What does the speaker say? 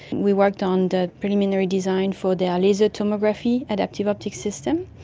we worked on the preliminary design for the ah laser tomography adaptive optics system.